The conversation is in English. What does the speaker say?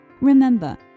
remember